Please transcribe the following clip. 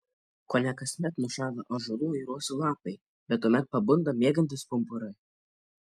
kone kasmet nušąla ąžuolų ir uosių lapai bet tuomet pabunda miegantys pumpurai